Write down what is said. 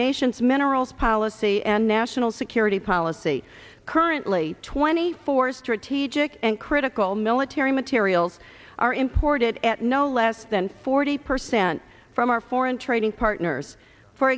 nation's minerals policy and national security policy currently twenty four strategic and critical military materials are imported at no less than forty percent from our foreign trading partners for